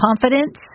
confidence